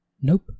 Nope